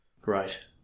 Great